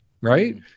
right